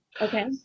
okay